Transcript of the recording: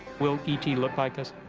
will e t. look like us?